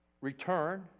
return